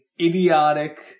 ...idiotic